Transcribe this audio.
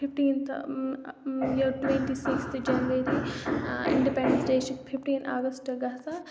fifteenth یا twenty sixth January independence day چھِ fifteen August گژھان